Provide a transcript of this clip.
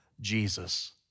Jesus